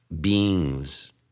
beings